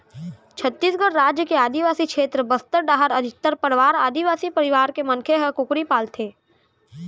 छत्तीसगढ़ राज के आदिवासी छेत्र बस्तर डाहर अधिकतर परवार आदिवासी परवार के मनखे ह कुकरी पालथें